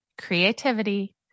creativity